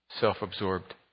self-absorbed